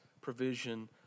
provision